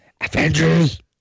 Avengers